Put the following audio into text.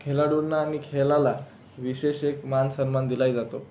खेळाडूंना आणि खेळाला विशेष एक मान सन्मान दिलाही जातो